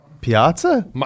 Piazza